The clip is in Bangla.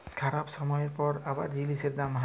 খারাপ ছময়ের পর আবার জিলিসের দাম হ্যয়